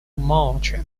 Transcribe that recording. margin